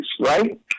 right